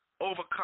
overcome